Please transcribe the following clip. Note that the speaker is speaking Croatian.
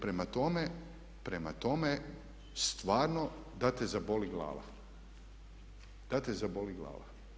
Prema tome, prema tome, stvarno da te zaboli glava, da te zaboli glava.